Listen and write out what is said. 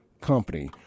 company